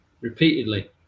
repeatedly